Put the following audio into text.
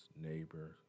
neighbor